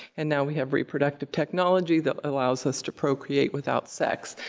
and now we have reproductive technology that allows us to procreate without sex.